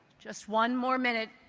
just one more minute